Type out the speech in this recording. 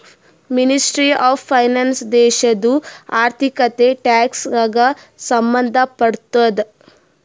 ministry of finance ದೇಶದು ಆರ್ಥಿಕತೆ, tax ಗ ಸಂಭಂದ್ ಪಡ್ತುದ